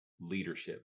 leadership